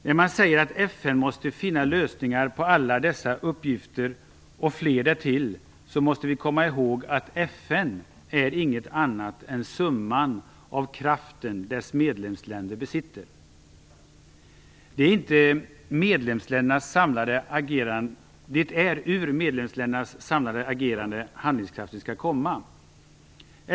När man säger att FN måste finna lösningar på alla dessa uppgifter och fler därtill måste vi komma ihåg att FN inte är något annat än summan av den kraft dess medlemsländer besitter. Det är ur medlemsländernas samlade agerande som handlingskraften skall komma.